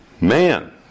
man